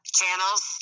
channels